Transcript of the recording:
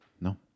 No